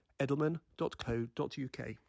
edelman.co.uk